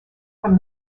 from